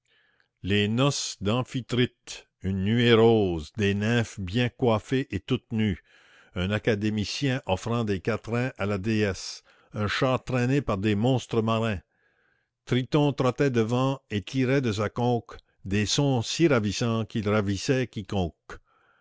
les noces d'amphitrite une nuée rose des nymphes bien coiffées et toutes nues un académicien offrant des quatrains à la déesse un char traîné par des monstres marins triton trottait devant et tirait de sa conque des sons si ravissants qu'il ravissait quiconque